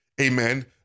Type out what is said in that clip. amen